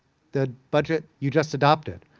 the budget you just adopted.